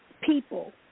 people